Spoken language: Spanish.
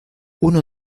uno